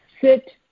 sit